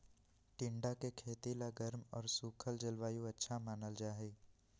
टिंडा के खेती ला गर्म और सूखल जलवायु अच्छा मानल जाहई